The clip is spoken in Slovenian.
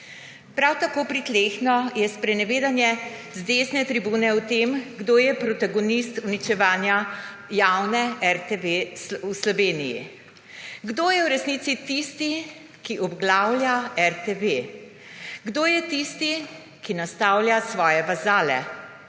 Prav tako pritlehno je sprenevedanje z desne tribune o tem, kdo je protagonist uničevanja javne RTV v Sloveniji, kdo je v resnici tisti, ki obglavlja RTV, kdo je tisti, ki nastavlja svoje vazale,